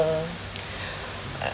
uh